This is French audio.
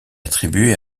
attribuée